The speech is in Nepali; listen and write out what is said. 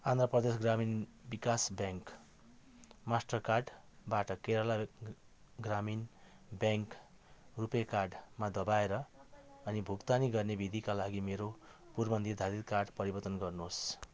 आन्ध्र प्रदेश ग्रामीण विकास ब्याङ्क मास्टर कार्डबाट केरल ग्रामीण ब्याङ्क रुपियाँ कार्डमा दबाएर अनि भुक्तानी गर्ने विधिका लागि मेरो पूर्वनिर्धारित कार्ड परिवर्तन गर्नुहोस्